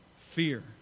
fear